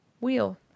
wheel